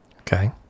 Okay